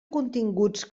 continguts